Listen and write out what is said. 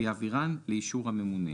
יעבירן לאישור הממונה.